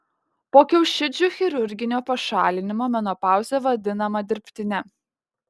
po kiaušidžių chirurginio pašalinimo menopauzė vadinama dirbtine